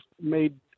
made